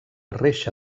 reixa